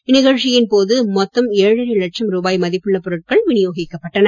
இந்நிகழ்ச்சியின் போது மொத்தம் ஏழரை லட்சம் ரூபாய் மதிப்புள்ள பொருட்கள் வினியோகிக்கப்பட்டன